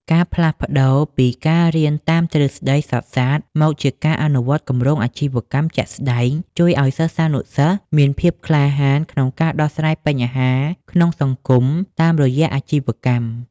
ការផ្លាស់ប្តូរពីការរៀនតាមទ្រឹស្ដីសុទ្ធសាធ មកជាការអនុវត្តគម្រោងអាជីវកម្មជាក់ស្ដែង ជួយឱ្យសិស្សានុសិស្សមានភាពក្លាហានក្នុងការដោះស្រាយបញ្ហាក្នុងសង្គមតាមរយៈអាជីវកម្ម។